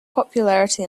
popularity